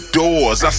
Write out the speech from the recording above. doors